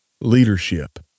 leadership